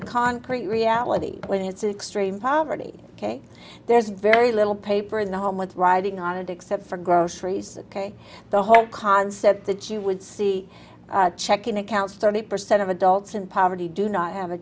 a concrete reality when it's an extreme poverty ok there's very little paper in the home with writing on it except for groceries ok the whole concept that you would see checking accounts thirty percent of adults in poverty do not have a